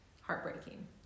heartbreaking